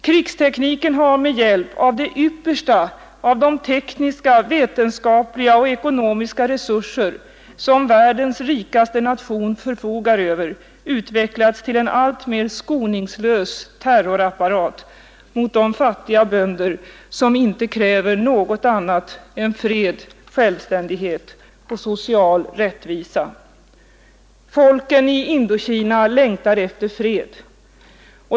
Krigstekniken har med hjälp av de yppersta av de tekniska, vetenskapliga och ekonomiska resurser som världens rikaste nation förfogar över utvecklats till en alltmer skoningslös terrorapparat mot de fattiga bönder som inte kräver något annat än fred, självständighet och social rättvisa. Folken i Indokina längtar efter fred.